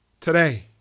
today